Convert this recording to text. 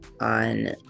on